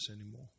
anymore